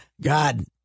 God